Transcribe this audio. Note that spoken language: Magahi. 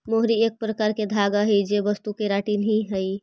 मोहरी एक प्रकार के धागा हई जे वस्तु केराटिन ही हई